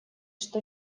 что